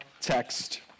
text